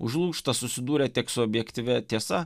užlūžta susidūrę tiek su objektyvia tiesa